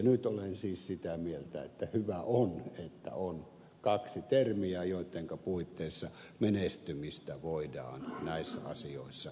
nyt olen siis sitä mieltä että hyvä on että on kaksi termiä joittenka puitteissa menestymistä voidaan näissä asioissa mitata